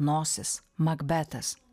nosis makbetas